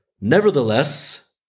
Nevertheless